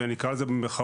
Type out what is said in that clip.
ואני אקרא לזה במרכאות,